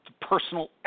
personal